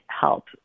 help